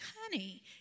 honey